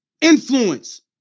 Influence